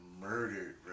murdered